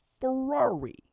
Ferrari